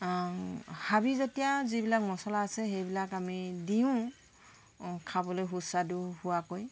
হাবিজাতীয়া যিবিলাক মছলা আছে সেইবিলাক আমি দিওঁ খাবলৈ সুস্বাদু হোৱাকৈ